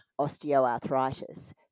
osteoarthritis